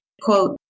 quote